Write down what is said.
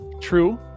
true